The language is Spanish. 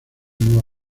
nueva